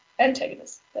Antagonists